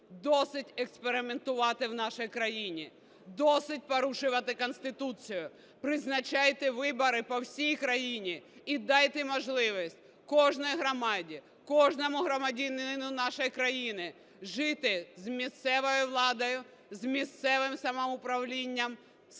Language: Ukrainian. Досить експериментувати в нашій країні, досить порушувати Конституцію. Призначайте вибори по всій країні і дайте можливість кожній громаді, кожному громадянину нашої країни жити з місцевою владою, з місцевим самоуправлінням,